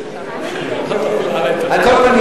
על כל פנים,